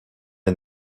est